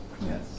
Yes